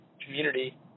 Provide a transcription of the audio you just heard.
community